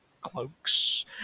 cloaks